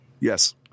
Yes